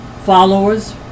Followers